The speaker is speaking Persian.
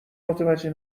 متوجه